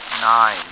Nine